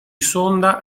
sonda